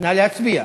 נא להצביע.